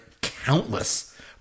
countless